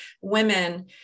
Women